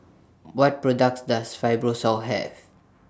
What products Does Fibrosol Have